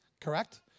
correct